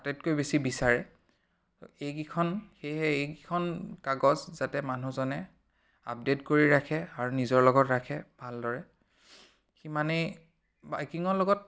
আটাইতকৈ বেছি বিচাৰে এইকেইখন সেয়েহে এইকেইখন কাগজ যাতে মানুহজনে আপডেট কৰি ৰাখে আৰু নিজৰ লগত ৰাখে ভালদৰে সিমানেই বাইকিঙৰ লগত